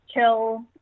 chill